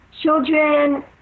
children